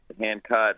hand-cut